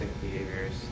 behaviors